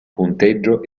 punteggio